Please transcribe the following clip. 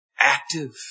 active